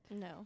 no